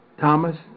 Thomas